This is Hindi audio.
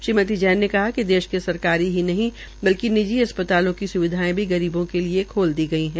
श्रीमती जैन ने कहा कि देश के सरकारी ही नहीं बल्कि निजी अस्पतालों की सुविधायें भी गरीबों के लिए खोल दी गई है